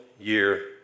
year